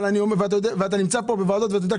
אתה נמצא פה בוועדות ואתה יודע,